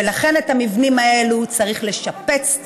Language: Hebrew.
ולכן את המבנים האלה צריך לשפץ,